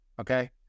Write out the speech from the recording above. okay